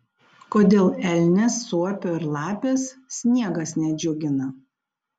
kodėl elnės suopio ir lapės sniegas nedžiugina